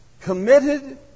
committed